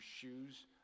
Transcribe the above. shoes